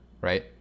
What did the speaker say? right